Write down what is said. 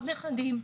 עוד נכדים,